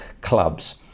clubs